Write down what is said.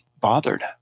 bothered